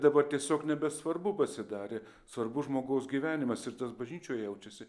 dabar tiesiog nebesvarbu pasidarė svarbu žmogaus gyvenimas ir tas bažnyčioj jaučiasi